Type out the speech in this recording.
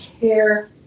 care